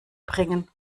bringen